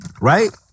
Right